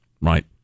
right